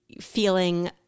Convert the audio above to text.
feeling